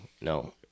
no